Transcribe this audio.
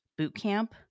Bootcamp